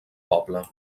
poble